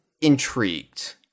intrigued